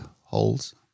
holes